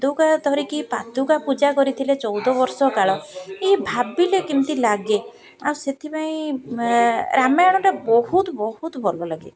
ପାଦୁକା ଧରିକି ପାଦୁକା ପୂଜା କରିଥିଲେ ଚଉଦ ବର୍ଷ କାଳ ଭାବିଲେ କେମିତି ଲାଗେ ଆଉ ସେଥିପାଇଁ ରାମାୟଣଟା ବହୁତ ବହୁତ ଭଲ ଲାଗେ